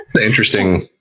Interesting